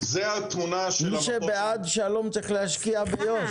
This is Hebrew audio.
מי שבעד שלום, צריך להשקיע ביו"ש.